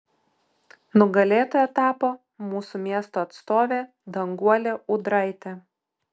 nugalėtoja tapo mūsų miesto atstovė danguolė ūdraitė